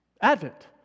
Advent